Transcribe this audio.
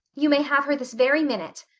you may have her this very minute.